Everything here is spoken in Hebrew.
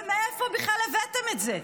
ומאיפה בכלל הבאתם את זה.